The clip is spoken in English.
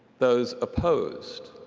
those opposed?